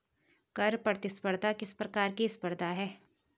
कर प्रतिस्पर्धा किस प्रकार की स्पर्धा है?